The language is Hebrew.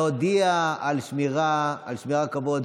להודיע על שמירה, שמירה על כבוד.